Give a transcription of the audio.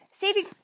saving